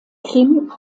krim